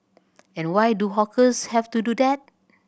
and why do hawkers have to do that